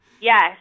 Yes